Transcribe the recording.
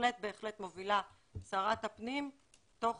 בהחלט מובילה שרת הפנים תוך